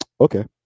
Okay